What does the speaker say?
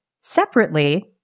Separately